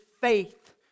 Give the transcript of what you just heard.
faith